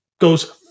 goes